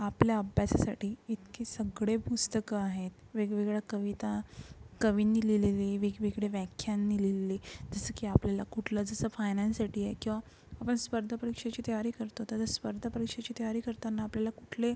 आपल्या अभ्यासासाठी इतकी सगळे पुस्तकं आहेत वेगवेगळ्या कविता कवींनी लिहिलेली वेगवेगळे व्याख्यान लिहिलेले जसं की आपल्याला कुठलं जसं फायनान्ससाठी आहे किंवा आपण स्पर्धापरीक्षेची तयारी करतो तसेच स्पर्धा परीक्षेची तयारी करताना आपल्याला कुठले